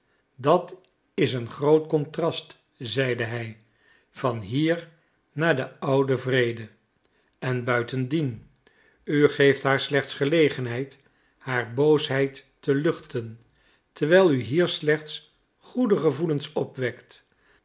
dat is een groot contrast zeide hij van hier naar de oude wrede en buitendien u geeft haar slechts gelegenheid haar boosheid te luchten terwijl u hier slechts goede gevoelens opwekt